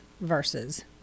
versus